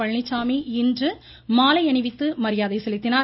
பழனிச்சாமி இன்று மாலை அணிவித்து மரியாதை செலுத்தினார்